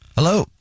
Hello